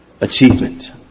achievement